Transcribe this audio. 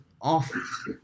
off